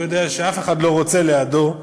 הוא יודע שאף אחד לא רוצה לידו,